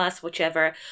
whichever